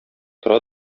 тора